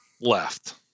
left